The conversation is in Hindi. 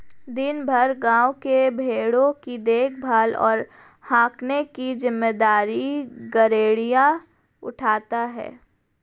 दिन भर गाँव के भेंड़ों की देखभाल और हाँकने की जिम्मेदारी गरेड़िया उठाता है